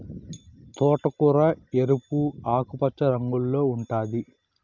తోటకూర ఎరుపు, ఆకుపచ్చ రంగుల్లో ఉంటాది